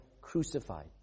crucified